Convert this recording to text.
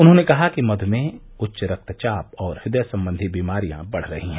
उन्होंने कहा कि मध्यमेह उच्च रक्तचाप और इदय संबंधी बीमारियां बढ़ रही हैं